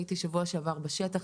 הייתי בשבוע שעבר בשטח.